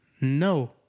No